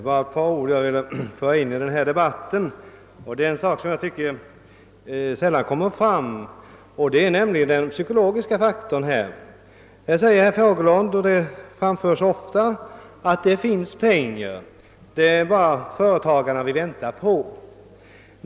Herr talman! Jag vill i denna debatt endast beröra en sak som jag tycker sällan kommer fram, nämligen den psykologiska faktorn. Här säger herr Fagerlund — och det framförs ofta — att det finns pengar; det är bara företagarna vi väntar på.